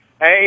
Hey